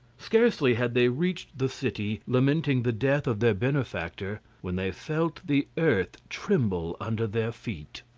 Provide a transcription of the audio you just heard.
scarcely had they reached the city, lamenting the death of their benefactor, when they felt the earth tremble under their feet.